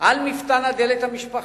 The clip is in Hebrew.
על מפתן הדלת המשפחתית,